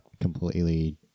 completely